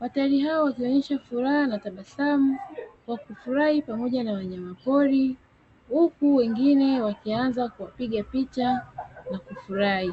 watalii hao wakionyesha furaha na tabasamu wakifurahi pamoja na wanyamapori huku wengine wakianza kuwapiga picha na kufurahi.